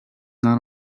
not